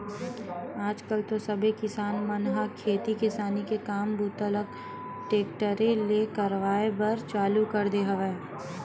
आज कल तो सबे किसान मन ह खेती किसानी के काम बूता ल टेक्टरे ले करवाए बर चालू कर दे हवय